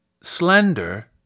Slender